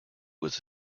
was